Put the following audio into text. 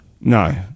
No